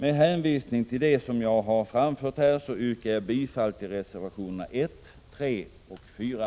Med hänvisning till det sagda yrkar jag bifall till reservationerna 1, 3 och 4.